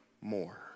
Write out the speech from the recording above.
more